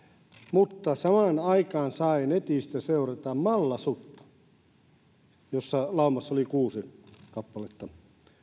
mutta samaan aikaan sai netistä seurata malla sutta jonka laumassa oli susia kuusi kappaletta